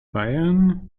bayern